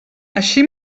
així